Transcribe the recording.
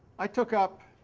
i took up